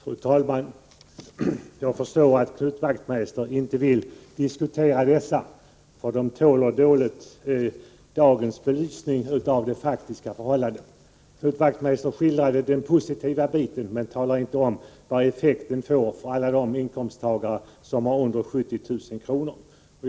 Fru talman! Jag förstår att Knut Wachtmeister inte vill diskutera moderata samlingspartiets skatteförslag, för de faktiska förhållandena tål dåligt att tas fram i dagsljuset. Knut Wachtmeister skildrade den positiva biten men talade inte om vilken effekt det blir för alla dem som har inkomster under 70 000 kr.